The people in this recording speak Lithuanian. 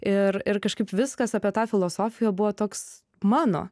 ir ir kažkaip viskas apie tą filosofiją buvo toks mano